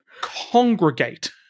congregate